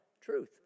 Truth